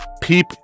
Peep